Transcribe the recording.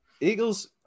Eagles